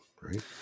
right